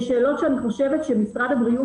אלה שאלות שאני חושבת שמשרד הבריאות